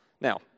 Now